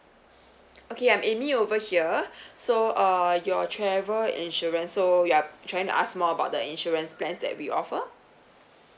okay I'm amy over here so uh your travel insurance so you are trying to ask more about the insurance plans that we offer